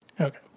Okay